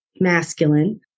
masculine